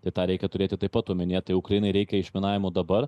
tai tą reikia turėti taip pat omenyje tai ukrainai reikia išminavimų dabar